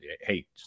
Hey